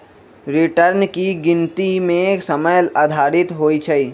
return की गिनति के समय आधारित होइ छइ